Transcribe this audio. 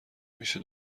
میشه